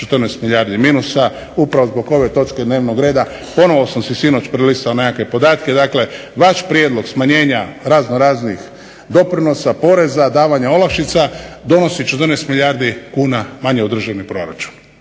14 milijardi minusa upravo zbog ove točke dnevnog reda. Ponovno sam si sinoć prelistao nekakve podatke, dakle vaš prijedlog smanjenja razno raznih doprinosa, poreza, davanja olakšica donosi 14 milijardi kuna manje u državni proračun.